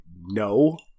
no